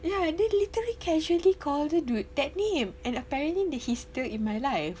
you know dia literally casually called the dude that name and apparently that he's still in my life